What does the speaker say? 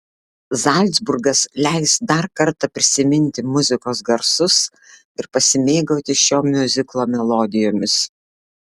zalcburgas leis dar kartą prisiminti muzikos garsus ir pasimėgauti šio miuziklo melodijomis